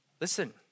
Listen